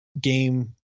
game